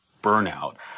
burnout